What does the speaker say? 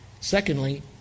Secondly